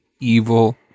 Evil